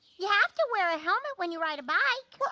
you have to wear a helmet when you ride a bike.